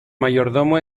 mayordomo